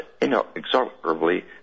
inexorably